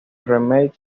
remake